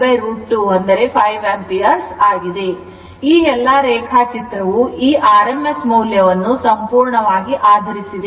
1√ 2 5 ampere ಆಗಿದೆ ಈ ಎಲ್ಲಾ ರೇಖಾಚಿತ್ರವು ಈ rms ಮೌಲ್ಯವನ್ನು ಸಂಪೂರ್ಣವಾಗಿ ಆಧರಿಸಿದೆ